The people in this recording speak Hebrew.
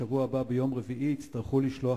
בשבוע הבא ביום רביעי יצטרכו לשלוח